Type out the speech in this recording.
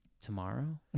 tomorrow